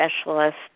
specialist